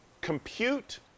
compute